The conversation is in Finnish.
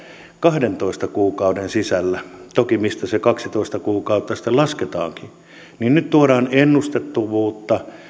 kahdentoista kuukauden sisällä toki mistä se kaksitoista kuukautta sitten lasketaankin nyt tuodaan ennustettavuutta